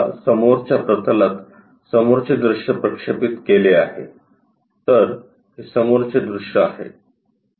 या समोरच्या प्रतलात समोरचे दृश्य प्रक्षेपित केले आहे तर हे समोरचे दृश्य आहे